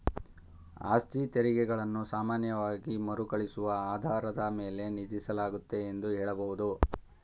ಆಸ್ತಿತೆರಿಗೆ ಗಳನ್ನ ಸಾಮಾನ್ಯವಾಗಿ ಮರುಕಳಿಸುವ ಆಧಾರದ ಮೇಲೆ ವಿಧಿಸಲಾಗುತ್ತೆ ಎಂದು ಹೇಳಬಹುದು